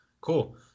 cool